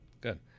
good